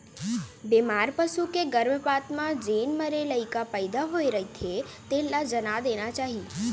बेमार पसू के गरभपात म जेन मरे लइका पइदा होए रहिथे तेन ल जला देना चाही